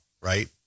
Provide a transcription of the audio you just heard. right